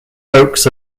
hoax